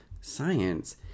Science